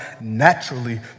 naturally